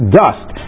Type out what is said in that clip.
dust